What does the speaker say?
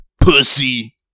Pussy